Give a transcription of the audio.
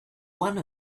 one